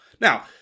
Now